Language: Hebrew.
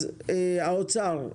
האוצר,